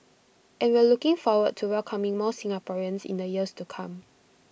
and we're looking forward to welcoming more Singaporeans in the years to come